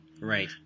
Right